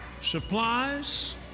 supplies